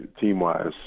team-wise